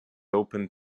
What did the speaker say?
open